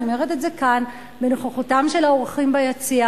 אני אומרת את זה כאן בנוכחותם של האורחים ביציע.